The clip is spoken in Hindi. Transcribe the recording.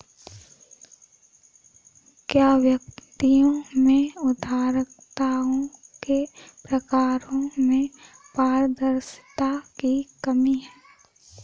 क्या व्यक्तियों में उधारकर्ताओं के प्रकारों में पारदर्शिता की कमी है?